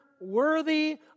worthy